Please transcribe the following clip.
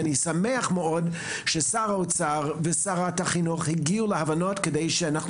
אני שמח מאוד ששר האוצר ושרת החינוך הגיעו להבנות כדי לא